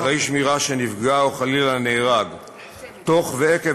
אחראי שמירה שנפגע או חלילה נהרג תוך ועקב